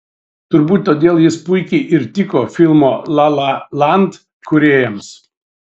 turbūt todėl jis puikiai ir tiko filmo la la land kūrėjams